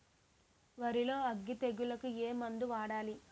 వరిలో అగ్గి తెగులకి ఏ మందు వాడాలి?